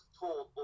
told